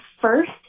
first